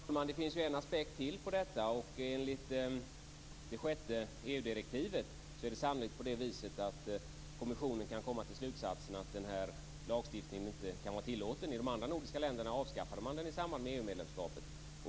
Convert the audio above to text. Fru talman! Det finns en aspekt till på detta. Enligt det 6 EU-direktivet är det sannolikt på det viset att kommissionen kan komma till slutsatsen att lagstiftningen inte kan vara tillåten. I de andra nordiska länderna avskaffade man den i samband med EU medlemskapet.